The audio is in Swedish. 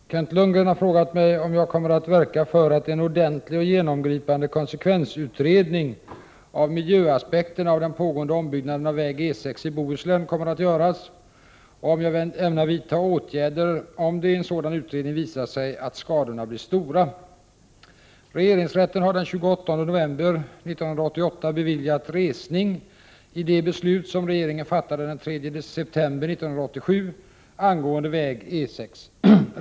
Herr talman! Kent Lundgren har frågat mig om jag kommer att verka för att en ordentlig och genomgripande konsekvensutredning av miljöaspekter na av den pågående ombyggnaden av väg E 6 i Bohuslän kommer att göras, Prot. 1988/89:46 och om jag ämnar vidta åtgärder om det i en sådan utredning visar sig att 15 december 1988 skadorna blir stora. FE DR rn Sar Regeringsrätten har den 28 november 1988 beviljat resning i det beslut som regeringen fattade den 3 september 1987 angående väg E 6.